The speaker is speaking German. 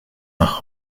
nach